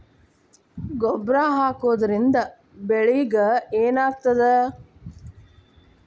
ಗೊಬ್ಬರ ಹಾಕುವುದರಿಂದ ಬೆಳಿಗ ಏನಾಗ್ತದ?